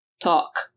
Talk